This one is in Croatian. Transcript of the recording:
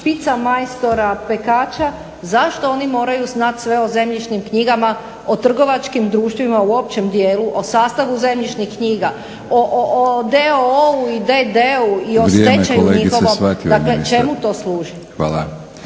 pizza majsora, pekača, zašto oni moraju znati sve o zemljišnim knjigama, o trgovačkim društvima u općem dijelu, o sastavu zemljišnih knjiga, o d.o.o.-u i d.d.-u i o stečaju njihovom… …/Upadica: